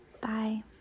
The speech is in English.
Bye